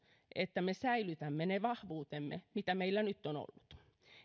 että me säilytämme ne vahvuutemme mitä meillä nyt on ollut